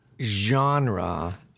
genre